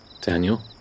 Daniel